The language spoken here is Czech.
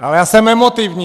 Ale já jsem emotivní.